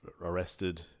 arrested